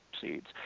seeds